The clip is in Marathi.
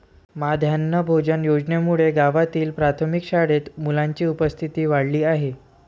माध्यान्ह भोजन योजनेमुळे गावातील प्राथमिक शाळेत मुलांची उपस्थिती वाढली आहे